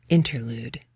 Interlude